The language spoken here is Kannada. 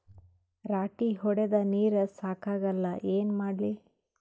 ರಾಟಿ ಹೊಡದ ನೀರ ಸಾಕಾಗಲ್ಲ ಏನ ಮಾಡ್ಲಿ?